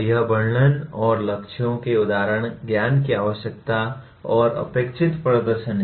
यह वर्णन और लक्ष्यों के उदाहरण ज्ञान की आवश्यकता और अपेक्षित प्रदर्शन हैं